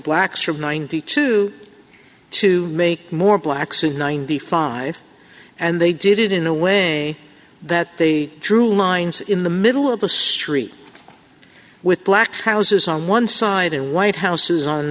blacks from ninety two to make more blacks and ninety five and they did it in a way that they drew lines in the middle of the street with black houses on one side and white houses on